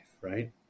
right